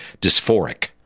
dysphoric